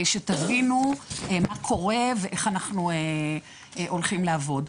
שתבינו מה קורה ואיך אנחנו הולכים לעבוד.